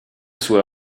sue